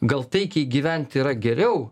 gal taikiai gyvent yra geriau